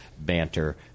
banter